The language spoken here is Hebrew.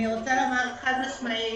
חד משמעית,